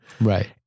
Right